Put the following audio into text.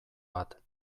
bat